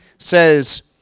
says